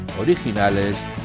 originales